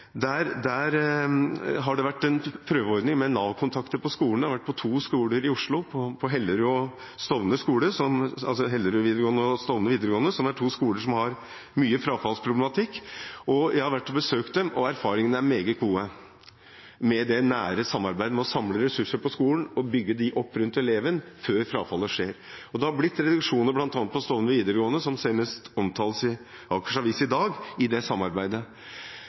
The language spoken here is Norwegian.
har vært en prøveordning med Nav-kontakter på skolen ved to skoler i Oslo, Hellerud og Stovner videregående, to skoler som har mye frafallsproblematikk. Jeg har vært og besøkt dem, og erfaringene med det nære samarbeidet er meget gode, ved å samle ressurser på skolen og bygge dem opp rundt eleven, før frafallet skjer. Det har blitt reduksjoner ved det samarbeidet bl.a. på Stovner videregående, noe som omtales i Akers Avis senest i dag. Jeg synes det